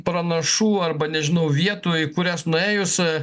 pranašų arba nežinau vietų į kurias nuėjus